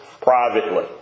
privately